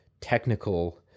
technical